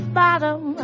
bottom